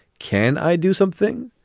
can i do something?